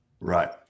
Right